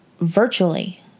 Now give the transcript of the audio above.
virtually